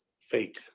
fake